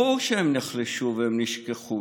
ברור שהם נחלשו והם נשכחו.